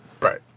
Right